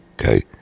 Okay